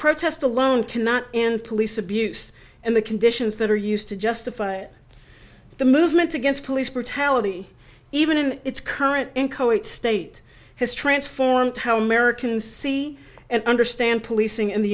protest alone cannot and police abuse and the conditions that are used to justify the movement against police brutality even in its current state has transformed how americans see and understand policing in the